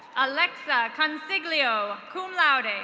alexa consiglio, cum laude.